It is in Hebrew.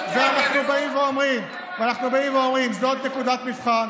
אנחנו באים ואומרים: זאת נקודת מבחן,